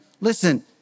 listen